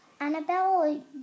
Annabelle